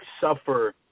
suffer